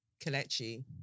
Kalechi